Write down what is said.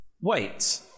wait